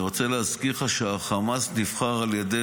אני רוצה להזכיר לך שחמאס נבחר על ידי